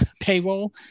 payroll